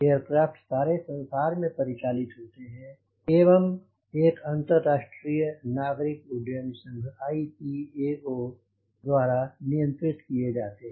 aircraft सारे संसार में परिचालित होते हैं एवं एक अंतरराष्ट्रीय नागरिक उड्डयन संघ ICAO द्वारा नियंत्रित किये जाते हैं